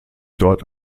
dort